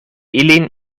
ilin